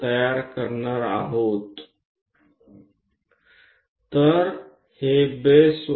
તે વર્તુળને આપણે બેઝ વર્તુળ બોલાવીશું